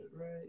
right